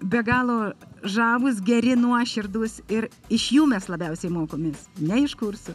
be galo žavūs geri nuoširdūs ir iš jų mes labiausiai mokomės ne iš kursų